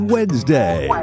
Wednesday